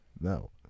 No